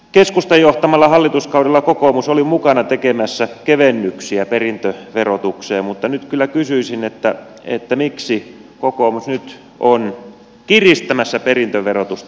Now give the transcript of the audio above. keskustan johtamalla hallituskaudella kokoomus oli mukana tekemässä kevennyksiä perintöverotukseen mutta nyt kyllä kysyisin miksi kokoomus nyt on kiristämässä perintöverotusta